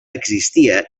existia